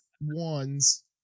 ones